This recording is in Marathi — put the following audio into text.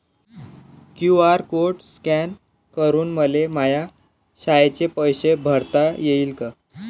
क्यू.आर कोड स्कॅन करून मले माया शाळेचे पैसे भरता येईन का?